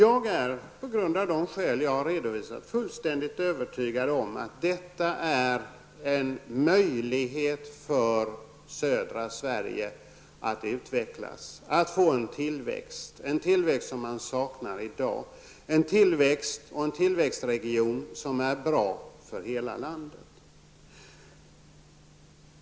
Av det skäl som jag har redovisat är jag övertygad om att detta är en möjlighet för södra Sverige att utvecklas och att få en tillväxt som man i dag saknar men som är bra för hela landet.